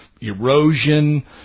Erosion